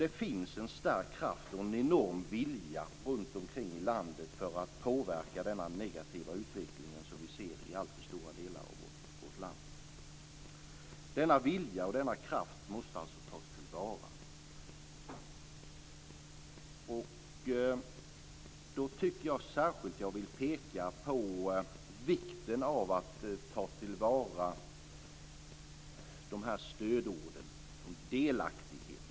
Det finns en stark kraft och en enorm vilja runtomkring i landet att påverka den negativa utveckling som vi ser i alltför stora delar av vårt land. Denna vilja och denna kraft måste tas till vara. Här vill jag särskilt peka på vikten av att ta till vara stödord som t.ex. delaktighet.